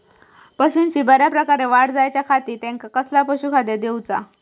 पशूंची बऱ्या प्रकारे वाढ जायच्या खाती त्यांका कसला पशुखाद्य दिऊचा?